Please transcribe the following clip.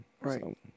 Right